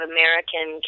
American